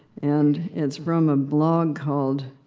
and it's from a blog called,